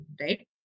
right